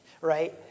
Right